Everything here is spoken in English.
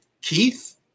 Keith